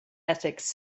ethics